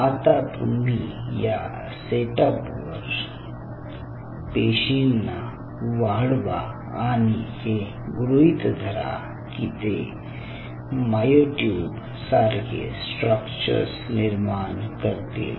आता तुम्ही या सेट अप वर पेशींना वाढवा आणि हे गृहीत धरा की ते मायोट्यूब सारखे स्ट्रक्चर्स निर्माण करतील